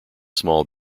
small